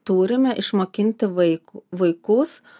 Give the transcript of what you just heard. turime išmokinti vaik vaikus